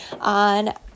on